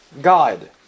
God